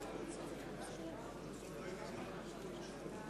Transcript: מצביע יצחק וקנין,